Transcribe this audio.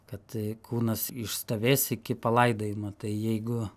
kad kūnas išstovės iki palaidojimo tai jeigu